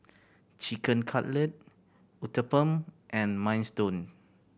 Chicken Cutlet Uthapam and Minestrone